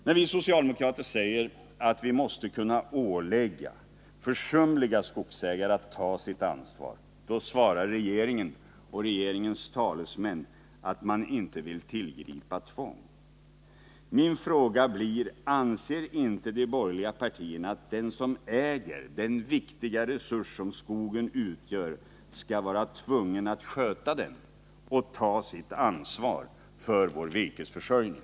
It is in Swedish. När vi socialdemokrater säger att man måste kunna ålägga försumliga skogsägare att ta sitt ansvar svarar regeringen och regeringens talesmän att man inte vill tillgripa tvång. Min fråga blir då: Anser inte de borgerliga partierna att den som äger den viktiga resurs som skogen utgör skall vara tvungen att sköta den och ta sitt ansvar för vår virkesförsörjning?